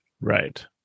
Right